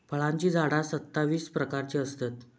फळांची झाडा सत्तावीस प्रकारची असतत